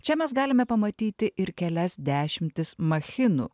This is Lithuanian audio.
čia mes galime pamatyti ir kelias dešimtis machinų